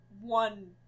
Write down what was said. one